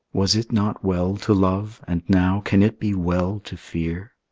was it not well to love, and now can it be well to fear?